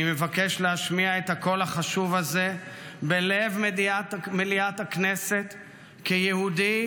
אני מבקש להשמיע את הקול החשוב הזה בלב מליאת הכנסת כיהודי,